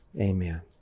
amen